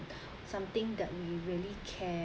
something that we really care